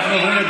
רואים,